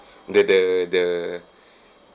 the the the